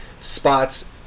spots